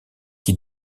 qui